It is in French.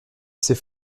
ses